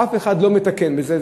אף אחד לא מתקן את זה.